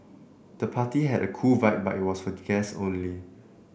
the party had a cool vibe but was for guests only